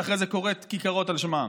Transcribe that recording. שאחרי זה קוראת כיכרות על שמם.